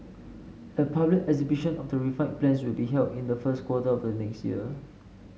a public exhibition of the refined plans will be held in the first quarter of next year